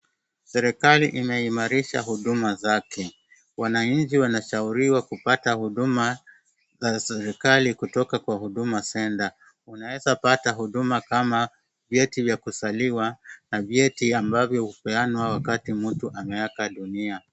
Serikali imeimarisha huduma zake. Wananchi wanastahiliwa kupata huduma za serikali katika Huduma centre . Unaeza pata huduma kama vyeti vya kuzaliwa na vyeti ambavyo hupeanwa wakati mtu ameaga dunia.